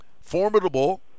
formidable